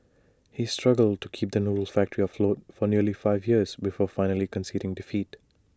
he struggled to keep the noodle factory afloat for nearly five years before finally conceding defeat